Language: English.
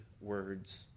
words